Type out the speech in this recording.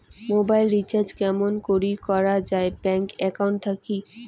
Mobile recharge কেমন করি করা যায় ব্যাংক একাউন্ট থাকি?